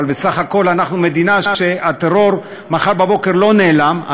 אבל בסך הכול אנחנו מדינה שהטרור נגדה לא נעלם מחר בבוקר.